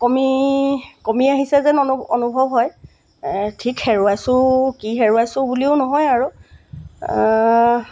কমি কমি আহিছে যেন অনুভৱ হয় ঠিক হেৰুৱাইছোঁ কি হেৰুৱাইছোঁ বুলিও নহয় আৰু